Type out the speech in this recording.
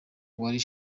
wari